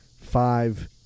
Five